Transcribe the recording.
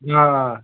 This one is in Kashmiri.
آ